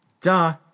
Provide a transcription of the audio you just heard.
Duh